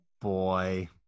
boy